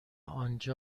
آنجا